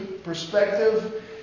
Perspective